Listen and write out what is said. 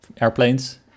airplanes